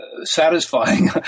Satisfying